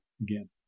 again